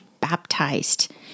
baptized